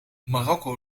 marokko